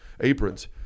aprons